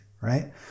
right